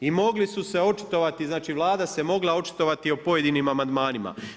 I mogli su se očitovati, znači Vlada se mogla očitovati o pojedinim amandmanima.